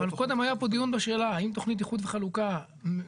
אבל קודם היה פה דיון בשאלה האם תכנית איחוד וחלוקה מעכבת,